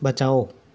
बचाओ